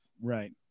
right